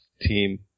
team